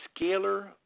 scalar